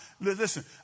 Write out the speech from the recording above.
listen